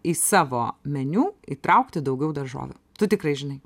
į savo meniu įtraukti daugiau daržovių tu tikrai žinai